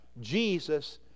Jesus